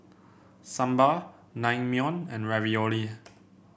Sambar Naengmyeon and Ravioli